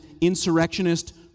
insurrectionist